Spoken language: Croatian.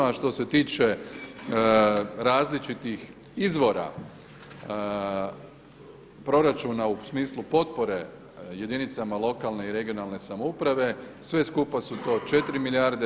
A što se tiče različitih izvora proračuna u smislu potpore jedinicama lokalne i regionalne samouprave, sve skupa su to 4 milijarde.